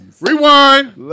Rewind